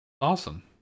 Awesome